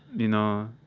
you know,